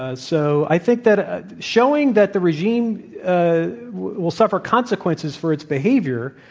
ah so, i think that ah showing that the regime ah will suffer consequences for its behavior,